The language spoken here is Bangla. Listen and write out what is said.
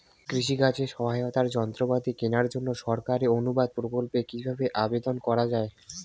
কৃষি কাজে সহায়তার যন্ত্রপাতি কেনার জন্য সরকারি অনুদান প্রকল্পে কীভাবে আবেদন করা য়ায়?